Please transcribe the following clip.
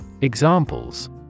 Examples